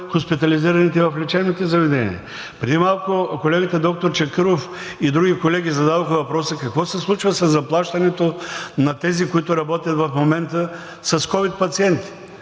хоспитализираните в лечебните заведения. Преди малко колегата доктор Чакъров и други колеги зададоха въпроса: какво се случва със заплащането на тези, които работят в момента с ковид пациенти?